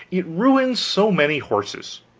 it ruins so many horses.